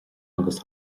agus